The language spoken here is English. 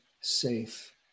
safe